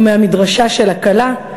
או מהמדרשה של הכלה,